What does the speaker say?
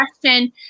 question